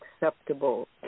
acceptable